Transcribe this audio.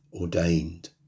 ordained